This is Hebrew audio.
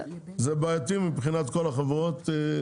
זה בעייתי מבחינת כל החברות?